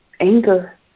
anger